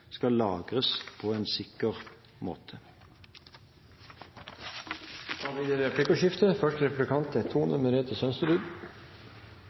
skal lagres på en sikker måte. Det blir replikkordskifte.